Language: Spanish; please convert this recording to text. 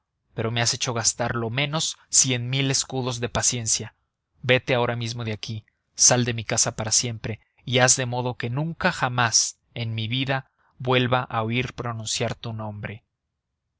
pero me has hecho gastar lo menos cien mil escudos de paciencia vete ahora mismo de aquí sal de mi casa para siempre y haz de modo que nunca jamás en mi vida vuelva a oír pronunciar tu nombre